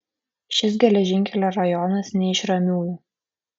šis geležinkelio rajonas ne iš ramiųjų